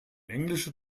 englischer